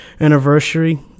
anniversary